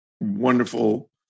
wonderful